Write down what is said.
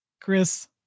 Chris